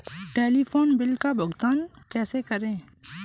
Telephone bill का भुगतान कैसे करें?